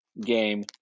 game